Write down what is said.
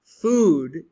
food